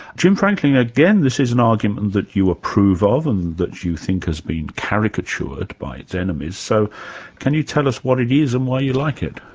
jim franklin again this is an argument that you approve of and that you think has been caricatured by its enemies, so can you tell us what it is and why you like it?